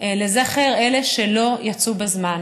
לזכר אלה שלא יצאו בזמן,